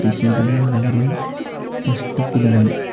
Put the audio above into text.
കൃഷിയിടങ്ങൾ വളരേ കഷ്ടത്തിലാണ്